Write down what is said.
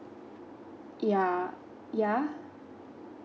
ya ya